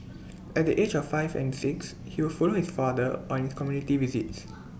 at the age of five or six he would follow his father on his community visits